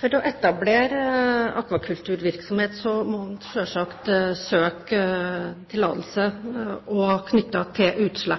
For å etablere akvakulturvirksomhet må en selvsagt også søke om utslippstillatelse.